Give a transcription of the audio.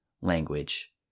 language